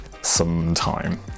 sometime